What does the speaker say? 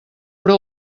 però